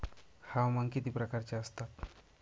हवामान किती प्रकारचे असतात?